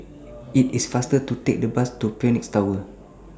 IT IS faster to Take The Bus to Phoenix Tower